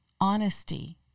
honesty